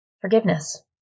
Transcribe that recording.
Forgiveness